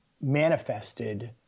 manifested